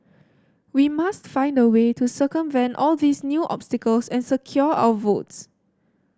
we must find a way to circumvent all these new obstacles and secure our votes